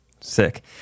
sick